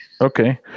Okay